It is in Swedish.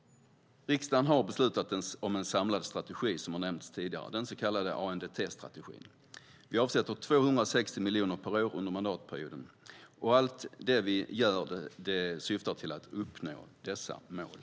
Riksdagen har beslutat om en samlad strategi, den så kallade ANDT-strategin. Vi avsätter 260 miljoner per år under mandatperioden, och allt det vi gör syftar till att uppnå dessa mål.